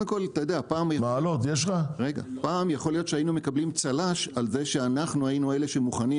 פעם יכול להיות שהיינו מקבלים צל"ש על זה שאנחנו היינו אלה שמוכנים